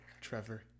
Trevor